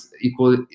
equal